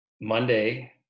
Monday